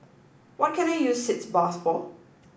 what can I use Sitz Bath for